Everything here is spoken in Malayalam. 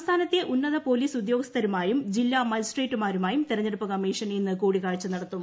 സംസ്ഥാനത്തെ ഉന്നത പോലീസ് ഉദ്യോഗസ്ഥരുമായും ജില്ലാ മജിസ്ട്രേറ്റുമാരുമായും തെരഞ്ഞെടുപ്പ് കമ്മീഷൻ ഇന്ന് കൂടിക്കാഴ്ച നടത്തും